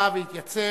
הוא בא והתייצב.